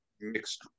mixed